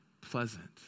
pleasant